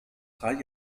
drei